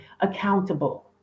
accountable